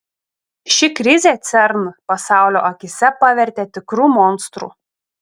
ši krizė cern pasaulio akyse pavertė tikru monstru